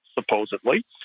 supposedly